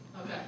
okay